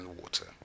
water